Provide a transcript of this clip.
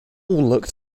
looked